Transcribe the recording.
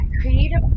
creative